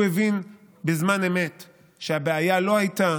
הוא הבין בזמן אמת שהבעיה בכלל לא הייתה